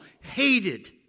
hated